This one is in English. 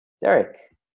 Derek